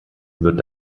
wird